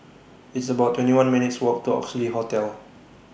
It's about twenty one minutes' Walk to Oxley Hotel